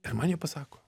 ir man jie pasako